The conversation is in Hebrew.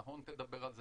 נהון תדבר על זה.